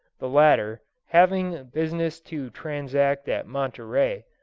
the latter, having business to transact at monterey,